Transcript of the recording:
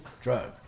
drug